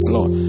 Lord